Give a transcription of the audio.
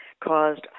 caused